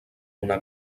una